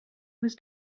was